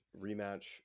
rematch